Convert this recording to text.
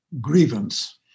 grievance